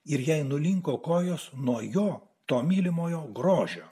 ir jei nulinko kojos nuo jo to mylimojo grožio